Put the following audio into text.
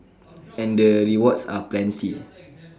and the rewards are plenty